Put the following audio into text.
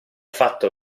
fatto